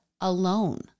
alone